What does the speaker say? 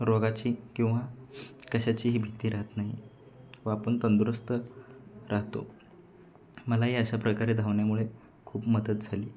रोगाची किंवा कशाचीही भीती राहत नाही व आपण तंदुरुस्त राहतो मला हे अशा प्रकारे धावण्यामुळे खूप मदत झाली